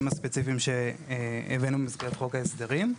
הספציפיים שהבאנו במסגרת חוק ההסדרים.